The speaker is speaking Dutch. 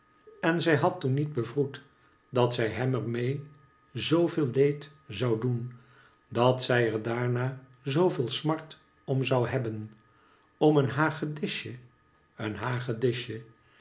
en zij had toen niet bevroed dat zij hem er mee zoo veel leed zou doen dat zij er daarna zoo veel smart om zou hebben om een hagedisje een